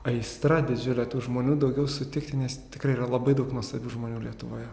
aistra didžiulė tų žmonių daugiau sutikti nes tikrai yra labai daug nuostabių žmonių lietuvoje